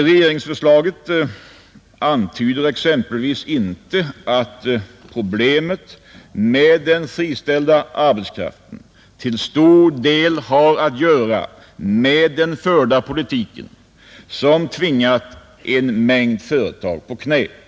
Regeringsförslaget antyder exempelvis inte att problemet med den friställda arbetskraften till stor del har att göra med den förda politiken som tvingat en mängd företag på knä.